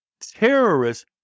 terrorists